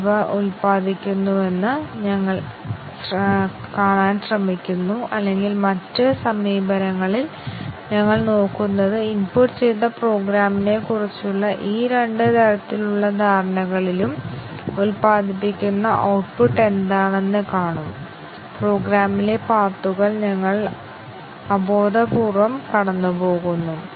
അതിനാൽ ഈ മൂന്ന് സ്റ്റേറ്റ്മെൻറ്റുകള്ക്കനുസൃതമായ കൺട്രോൾ ഫ്ലോ എങ്ങനെ വരയ്ക്കാമെന്ന് നമുക്കറിയാമെങ്കിൽ ഏത് പ്രോഗ്രാമിനുമുള്ള കൺട്രോൾ ഫ്ലോ വളരെ എളുപ്പത്തിൽ വരയ്ക്കാൻ ഞങ്ങൾക്ക് കഴിയും കാരണം അവ ഈ മൂന്ന് ബേസിക് തരം സ്റ്റേറ്റ്മെൻറ് ഉൾക്കൊള്ളുന്നു അതിനാൽ ഈ മൂന്ന് തരം സ്റ്റേറ്റ്മെൻറ് നു ആയി ഞങ്ങൾ എങ്ങനെ കൺട്രോൾ ഫ്ലോ എഡ്ജ്കൾ വരയ്ക്കുന്നുവെന്ന് പരിശോധിക്കേണ്ടതുണ്ട്